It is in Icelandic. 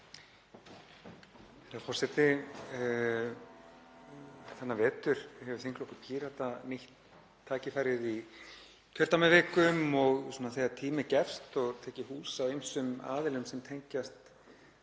Herra forseti. Þennan vetur hefur þingflokkur Pírata nýtt tækifærið í kjördæmavikum og þegar tími gefst og tekið hús á ýmsum aðilum sem tengjast